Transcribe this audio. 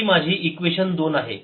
ही माझी इक्वेशन दोन आहे